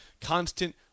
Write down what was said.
constant